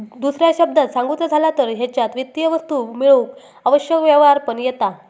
दुसऱ्या शब्दांत सांगुचा झाला तर हेच्यात वित्तीय वस्तू मेळवूक आवश्यक व्यवहार पण येता